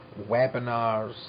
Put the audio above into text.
webinars